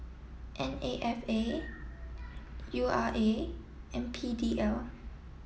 N A F A U R A and P D L